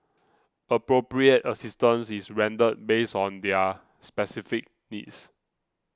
appropriate assistance is rendered based on their specific needs